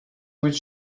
which